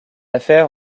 affaire